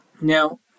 Now